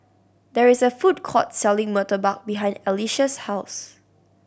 there is a food court selling murtabak behind Alycia's house